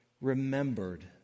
remembered